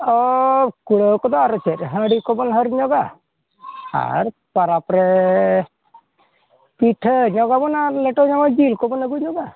ᱦᱮᱸ ᱠᱩᱲᱟᱹᱣ ᱠᱚᱫᱚ ᱟᱨ ᱪᱮᱫ ᱱᱟᱦᱟᱜ ᱦᱟᱺᱰᱤ ᱠᱚ ᱠᱚᱵᱚᱱ ᱦᱟᱹᱨ ᱧᱚᱜᱼᱟ ᱟᱨ ᱯᱟᱨᱟᱵᱽ ᱨᱮ ᱯᱤᱴᱷᱟᱹ ᱧᱚᱜ ᱟᱵᱚᱱ ᱟᱨ ᱞᱮᱴᱚ ᱧᱚᱜᱼᱟ ᱟᱨ ᱡᱤᱞ ᱠᱚᱵᱚᱱ ᱟᱹᱜᱩ ᱧᱚᱜᱟ